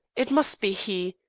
it must be he.